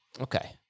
Okay